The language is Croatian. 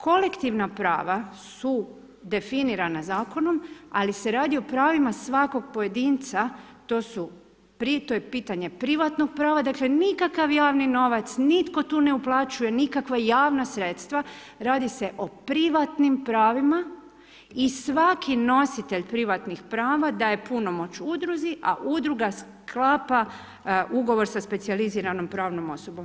Kolektivna prava su definirana zakonima, ali se radi i o pravima svakog pojedinca, to su pitanje, privatnog prava, dakle, nikakav javni n ovac, nitko tu ne uplaćuje nikakva javna sredstva, radi se o privatnim pravima i svaki nositelj privatnog prava, daje punomoć udruzi, a udruga sklapa, u govor sa specijaliziranom pravnom osobom.